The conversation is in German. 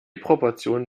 proportionen